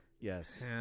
Yes